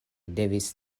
devis